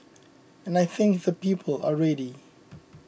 and I think the people are ready